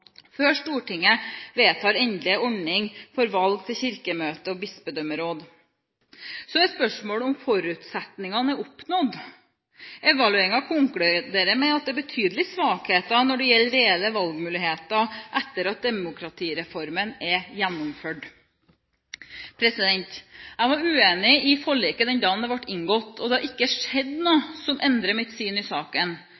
før Stortinget vedtar endelig ordning for valg til Kirkemøtet og bispedømmeråd. Så er spørsmålet om forutsetningen er oppnådd. Evalueringen konkluderer med at det er «betydelige svakheter når det gjelder reelle valgmuligheter etter at demokratireformen er gjennomført». Jeg var uenig i forliket den dagen det ble inngått, og det har ikke skjedd